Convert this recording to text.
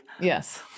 Yes